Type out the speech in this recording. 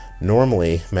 Normally